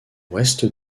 ouest